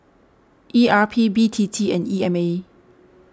E R P B T T and E M A